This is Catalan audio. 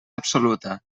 absoluta